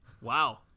Wow